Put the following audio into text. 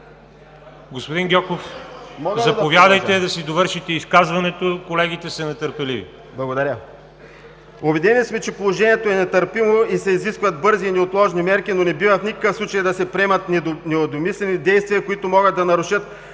Господин Гьоков, заповядайте да завършите изказването си. Колегите са нетърпеливи. ГЕОРГИ ГЬОКОВ: Благодаря. Убедени сме, че положението е нетърпимо и се изискват бързи и неотложни мерки, но не бива в никакъв случай да се предприемат недомислени действия, които могат да нарушат